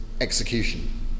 execution